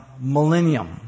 Millennium